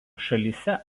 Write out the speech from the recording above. šalyse